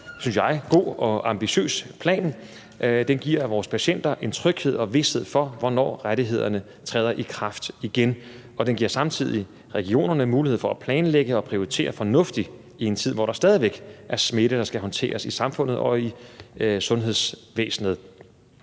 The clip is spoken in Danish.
– synes jeg – god og ambitiøs plan; den giver vores patienter en tryghed og vished for, hvornår rettighederne træder i kraft igen, og den giver samtidig regionerne mulighed for at planlægge og prioritere fornuftigt i en tid, hvor der stadig er smitte, der skal håndteres i samfundet og i sundhedsvæsenet.